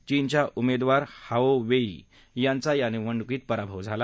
चीनच्या उमेदवार Hao Wei यांचा या निवडणुकीत पराभव झाला